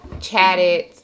chatted